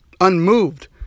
unmoved